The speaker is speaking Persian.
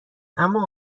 اما